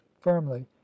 firmly